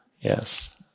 Yes